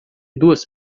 duas